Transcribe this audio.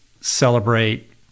celebrate